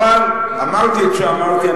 אמרתי את שאמרתי.